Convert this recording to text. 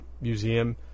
museum